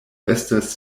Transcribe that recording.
estas